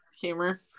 humor